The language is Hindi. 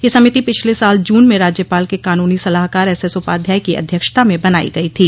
यह समिति पिछले साल जून में राज्यपाल के कानूनी सलाहकार एसएसउपाध्याय की अध्यक्षता में बनाई गई थी